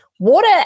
Water